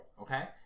okay